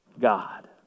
God